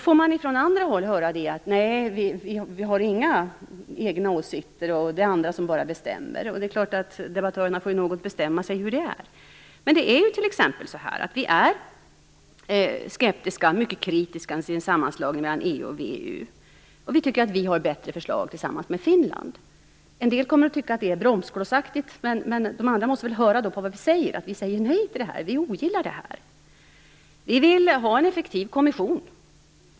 Från andra håll sägs det att Sverige har inga egna åsikter. Det är andra som bestämmer. Det vore bra om debattörerna bestämde sig för hur det är. Sverige är kritiskt mot sammanslagningen av EU VEU. Vi tycker att Sverige tillsammans med Finland har bättre förslag. En del kommer att tycka att detta är att agera bromskloss. Men de andra får lyssna på att vi säger nej och att vi ogillar denna situation. Sverige vill ha en effektiv kommission.